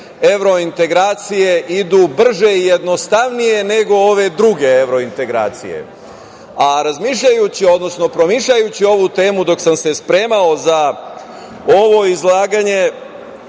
evro integracije idu brže i jednostavnije nego ove druge evro integracije. Razmišljajući, odnosno promišljajući ovu temu dok sam se spremao za ovo izlaganje,